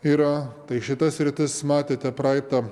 yra tai šitas sritis matėte praeitą